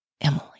Emily